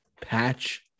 Patch